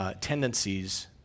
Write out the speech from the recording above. Tendencies